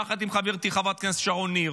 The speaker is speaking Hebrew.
יחד עם חברתי חברת הכנסת שרון ניר.